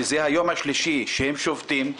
שזה היום השלישי שהם שובתים.